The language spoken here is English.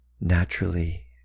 Naturally